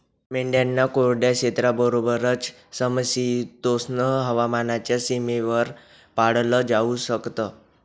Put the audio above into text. मेंढ्यांना कोरड्या क्षेत्राबरोबरच, समशीतोष्ण हवामानाच्या सीमेवर पाळलं जाऊ शकत